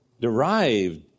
derived